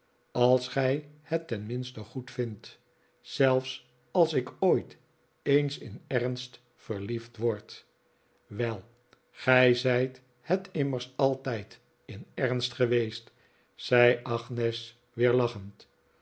als gij het tenminste goedvindt zelfs als ik ooit eens in ernst verliefd word wel gij zijt het immers altijd in ernst geweest zei agnes weer lachend